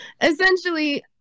essentially